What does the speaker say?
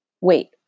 Wait